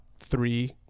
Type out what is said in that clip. three